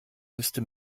müsste